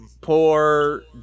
poor